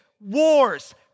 wars